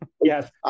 Yes